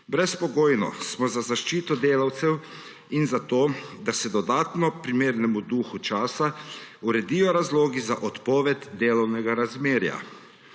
Brezpogojno smo za zaščito delavcev in za to, da se dodatno, primerno duhu časa, uredijo razlogi za odpoved delovnega razmerja.